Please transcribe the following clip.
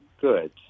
Good